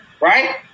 right